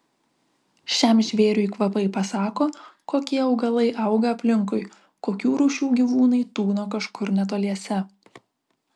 šiam žvėriui kvapai pasako kokie augalai auga aplinkui kokių rūšių gyvūnai tūno kažkur netoliese